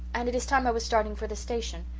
and it is time i was starting for the station.